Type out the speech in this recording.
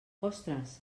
ostres